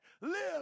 live